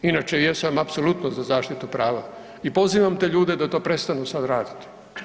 Inače jesam apsolutno za zaštitu prava i pozivam te ljude da to prestanu sad raditi.